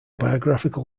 biographical